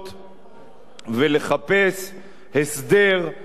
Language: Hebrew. ולחפש הסדר אמיתי,